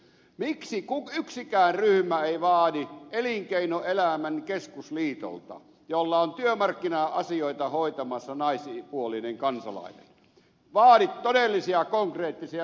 miksi yksikään ryhmä ei vaadi elinkeinoelämän keskusliitolta jolla on työmarkkina asioita hoitamassa naispuolinen kansalainen todellisia konkreettisia näyttöjä aikaansaannoksista